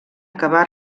acabà